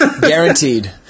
guaranteed